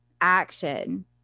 action